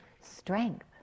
strength